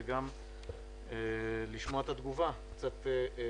וגם לשמוע את התגובה מהשטח.